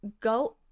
go